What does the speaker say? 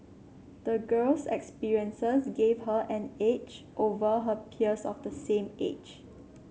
the girl's experiences gave her an edge over her peers of the same age